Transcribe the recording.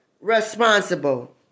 responsible